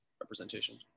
representation